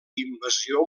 invasió